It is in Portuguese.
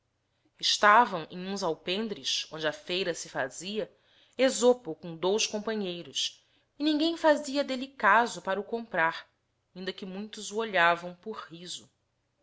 estavão em huns alpendres onde a feira se fazia esopo com dous companheiros e ninguém fazia delle caso para o comprar inda que muitos o olhavao por riso